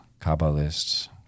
kabbalists